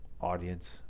audience